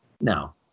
No